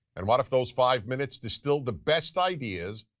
and what if those five minutes distilled the best ideas,